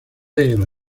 ero